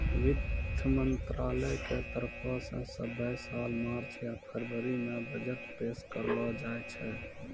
वित्त मंत्रालय के तरफो से सभ्भे साल मार्च या फरवरी मे बजट पेश करलो जाय छै